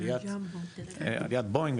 עליית בואינג,